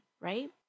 right